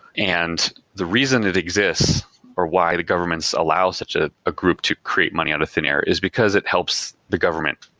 and the reason it exists or why the governments allow such a ah group to create money out of thin air is because it helps the government.